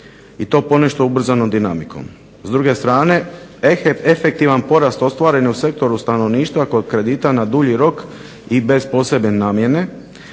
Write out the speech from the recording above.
i to ponešto ubrzanom dinamikom, s druge strane efektivan porast ostvaren u sektoru stanovništva kod kredita na dulji rok i bez posebne namjene,